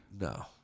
No